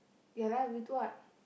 ya lah with what